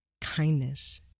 Kindness